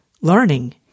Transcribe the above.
learning